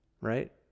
right